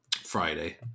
Friday